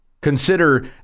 Consider